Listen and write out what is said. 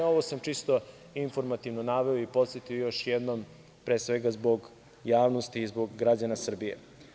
Ovo sam čisto informativno naveo i podsetio još jednom zbog javnosti i zbog građana Srbije.